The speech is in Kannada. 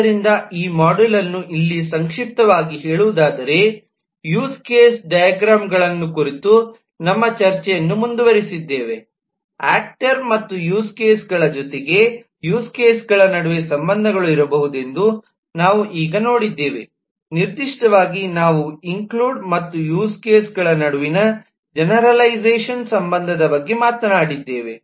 ಆದ್ದರಿಂದ ಈ ಮಾಡ್ಯೂಲ್ ಅನ್ನು ಇಲ್ಲಿ ಸಂಕ್ಷಿಪ್ತವಾಗಿ ಹೇಳುವುದಾದರೆ ಯೂಸ್ ಕೇಸ್ ಡೈಗ್ರಾಮ್ಗಳನ್ನು ಕುರಿತು ನಮ್ಮ ಚರ್ಚೆಯನ್ನು ಮುಂದುವರೆಸಿದ್ದೇವೆ ಆಕ್ಟರ್ ಮತ್ತು ಯೂಸ್ ಕೇಸ್ಗಳ ಜೊತೆಗೆ ಯೂಸ್ ಕೇಸ್ಗಳಗಳ ನಡುವೆ ಸಂಬಂಧಗಳು ಇರಬಹುದೆಂದು ನಾವು ಈಗ ನೋಡಿದ್ದೇವೆ ನಿರ್ದಿಷ್ಟವಾಗಿ ನಾವು ಇನ್ಕ್ಲ್ಯೂಡ್ extend ಮತ್ತು ಯೂಸ್ ಕೇಸ್ಗಳ ನಡುವಿನ ಜೆನೆರಲೈಝಷನ್ ಸಂಬಂಧದ ಬಗ್ಗೆ ಮಾತನಾಡಿದ್ದೇವೆ